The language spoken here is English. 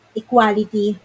equality